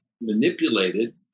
manipulated